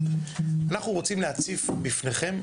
אנחנו רוצים להציף בפניכם,